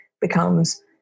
becomes